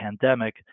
pandemic